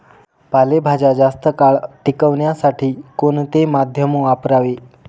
पालेभाज्या जास्त काळ टिकवण्यासाठी कोणते माध्यम वापरावे?